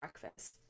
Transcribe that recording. breakfast